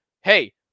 hey